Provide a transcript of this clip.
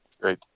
Great